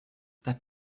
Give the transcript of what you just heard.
that